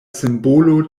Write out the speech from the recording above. simbolo